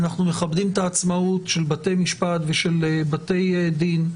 אנחנו מכבדים את העצמאות של בתי משפט ושל בתי דין,